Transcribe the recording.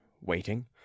waiting